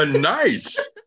nice